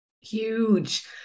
Huge